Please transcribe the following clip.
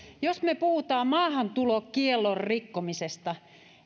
jos me puhumme maahantulokiellon rikkomisesta niin